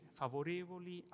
favorevoli